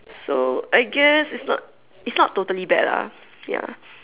so I guess it's not it's not totally bad lah ya